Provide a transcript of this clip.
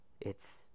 It's